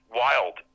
wild